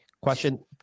question